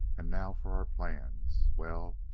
and now for our plans. well,